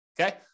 Okay